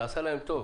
זה עשה להם טוב.